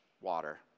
water